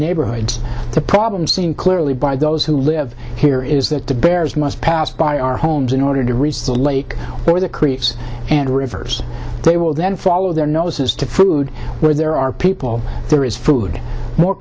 neighborhoods the problem seen clearly by those who live here is that the bears must pass by our homes in order to reach the lake where the creeks and rivers they will then follow their noses to food where there are people there is food more